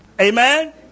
Amen